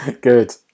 Good